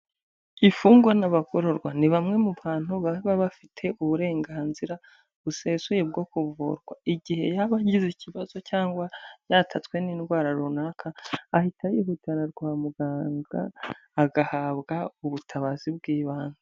Imfungwa n'abagororwa ni bamwe mu bantu baba bafite uburenganzira busesuye bwo kuvurwa, igihe yaba agize ikibazo cyangwa yatatswe n'indwara runaka, ahita yihuta kwa muganga agahabwa ubutabazi bw'ibanze.